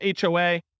HOA